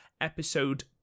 episode